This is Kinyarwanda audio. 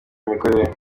imikorere